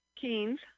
Keen's